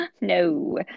No